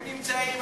הם נמצאים,